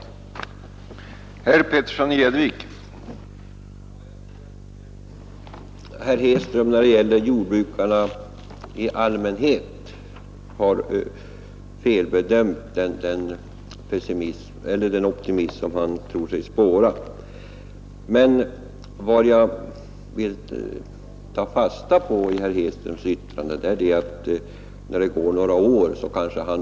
LON ARA ge ge Stöd till jordbruket